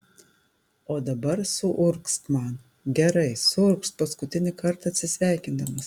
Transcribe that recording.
o dabar suurgzk man gerai suurgzk paskutinį kartą atsisveikindamas